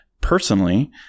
personally